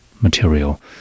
material